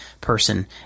person